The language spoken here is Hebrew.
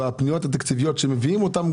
והפניות התקציביות שמביאים אותן,